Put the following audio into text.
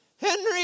Henry